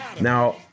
now